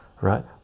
right